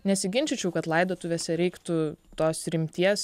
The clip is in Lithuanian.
nesiginčyčiau kad laidotuvėse reiktų tos rimties